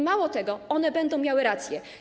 Mało tego, one będą miały rację.